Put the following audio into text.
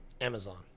Amazon